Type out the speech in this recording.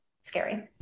scary